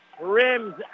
rims